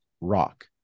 rock